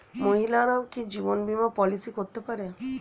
মহিলারাও কি জীবন বীমা পলিসি করতে পারে?